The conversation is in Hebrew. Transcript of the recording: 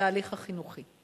בתהליך החינוכי.